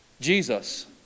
Jesus